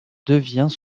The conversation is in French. devient